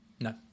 No